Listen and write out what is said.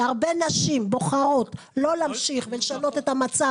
שהרבה נשים בוחרות לא להמשיך ולשנות את המצב